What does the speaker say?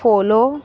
follow